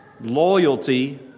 loyalty